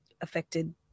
affected